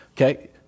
okay